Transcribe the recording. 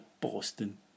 Boston